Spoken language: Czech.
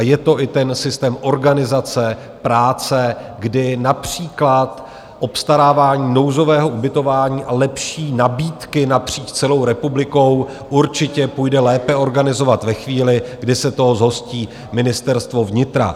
Je to i ten systém organizace práce, kdy například obstarávání nouzového ubytování a lepší nabídky napříč celou republikou určitě půjde lépe organizovat ve chvíli, kdy se toho zhostí Ministerstvo vnitra.